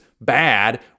bad